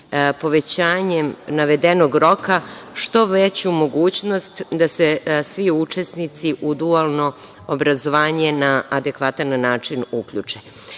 povećanjem navedenog roka što veću mogućnost da se svi učesnici u dualno obrazovanje na adekvatan način uključe. Kada